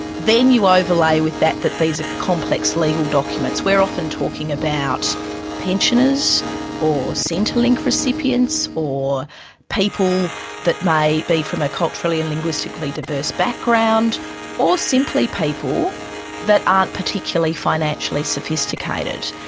then you overlay with that that these are complex legal documents. we're often talking about pensioners or centrelink recipients, or people that may be from a culturally and linguistically diverse background or simply people that aren't particularly financially sophisticated.